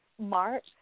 march